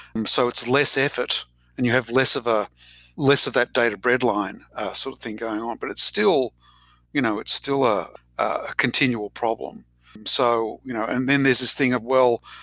and so it's less effort and you have less of a less of that date of breadline so thing going on. but it's still you know it's still ah a continual problem so you know and then there's this thing of, well.